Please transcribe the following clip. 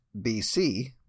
BC